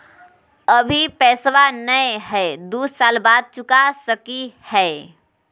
अभि पैसबा नय हय, दू साल बाद चुका सकी हय?